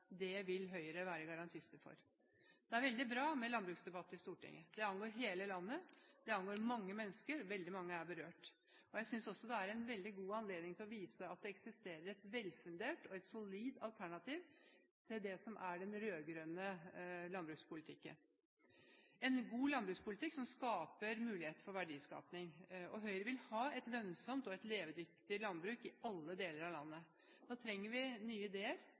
Det vil Høyre være en garantist for. Det er veldig bra med landbruksdebatter i Stortinget. De angår hele landet, de angår mange mennesker, og veldig mange er berørt. Jeg synes også det er en veldig god anledning til å vise at det finnes et velfundert og solid alternativ til det som er den rød-grønne landbrukspolitikken – en god landbrukspolitikk som skaper muligheter for verdiskapning. Høyre vil ha et lønnsomt og levedyktig landbruk i alle deler av landet. Da trenger vi nye ideer,